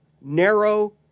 narrow